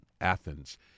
Athens